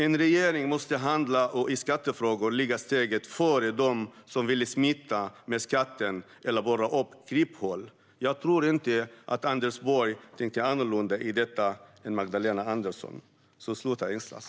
En regering måste handla och i skattefrågor ligga steget före dem som vill smita med skatten eller borra upp kryphål. Jag tror inte att Anders Borg tänkte annorlunda om detta än Magdalena Andersson, så sluta ängslas!